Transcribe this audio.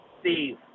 Steve